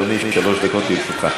בבקשה, אדוני, שלוש דקות לרשותך.